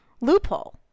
loophole